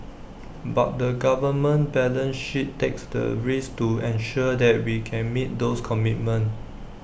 but the government balance sheet takes the risk to ensure that we can meet those commitments